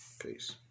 Peace